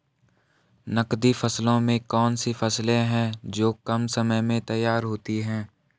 नकदी फसलों में कौन सी फसलें है जो कम समय में तैयार होती हैं?